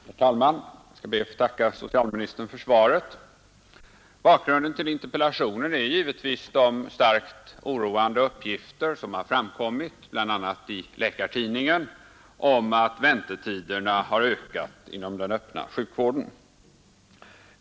Herr talman! Jag skall be att få tacka socialministern för svaret. Bakgrunden till interpellationen är givetvis de starkt oroande uppgifter som har framkommit bl.a. i Läkartidningen om att väntetiderna har ökat inom den öppna sjukvärden.